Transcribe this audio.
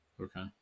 Okay